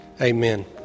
Amen